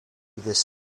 this